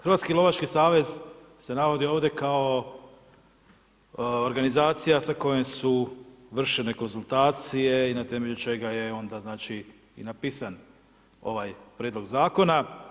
Hrvatski lovački savez se navodi ovdje kao organizacija sa kojom su vršene konzultacije i na temelju čega je onda znači i napisan ovaj prijedlog zakona.